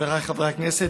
חבריי חברי הכנסת,